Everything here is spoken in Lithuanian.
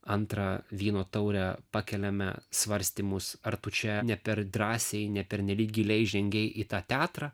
antrą vyno taurę pakeliame svarstymus ar tu čia ne per drąsiai ne pernelyg giliai žengei į tą teatrą